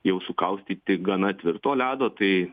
jau sukaustyti gana tvirto ledo tai